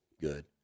good